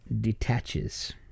detaches